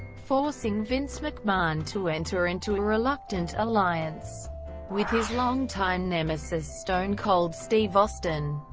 forcing vince mcmahon to enter into a reluctant alliance with his longtime nemesis stone cold steve austin.